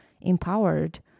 empowered